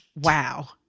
Wow